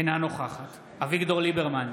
אינה נוכחת אביגדור ליברמן,